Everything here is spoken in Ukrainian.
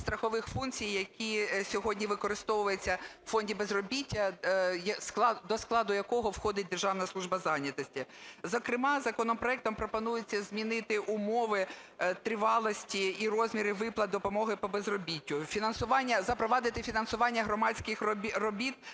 страхових функцій, які сьогодні використовуються в фонді безробіття, до складу якого входить Державна служба зайнятості. Зокрема законопроектом пропонується змінити умови тривалості і розміри виплат допомоги по безробіттю. Запровадити фінансування громадських робіт